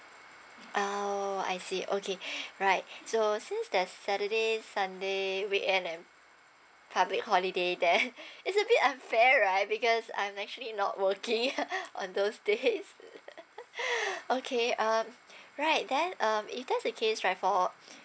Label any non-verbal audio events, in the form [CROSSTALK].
orh I see okay right so since there's saturday sunday weekend and public holiday there [LAUGHS] it's a bit unfair right because I'm actually not working [LAUGHS] on those days [LAUGHS] okay um right then um if that's the case right for